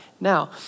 now